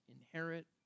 inherit